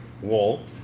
wall